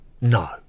No